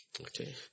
Okay